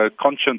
conscience